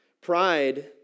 Pride